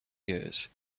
years